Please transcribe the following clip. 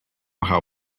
how